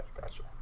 gotcha